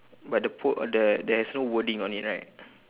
but the po~ there there's no wording on it right